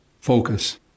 Focus